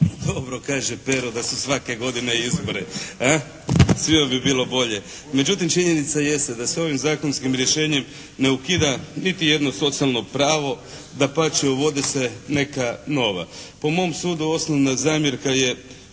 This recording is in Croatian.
Dobro kaže Pero da su svake godine izbori, svima bi bilo bolje, međutim činjenica jeste da se ovim zakonskim rješenjem ne ukida niti jedno socijalno pravo. Dapače uvode se neka nova. Po mom sudu osnovna zamjerka je